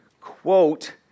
quote